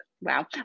wow